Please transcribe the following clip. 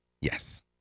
Yes